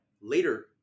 later